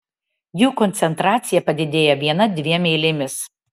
jų koncentracija padidėja viena dviem eilėmis